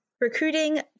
recruiting